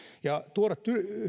ja tuoda